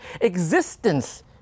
existence